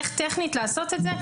איך טכנית לעשות את זה?